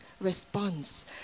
response